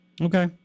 Okay